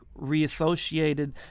reassociated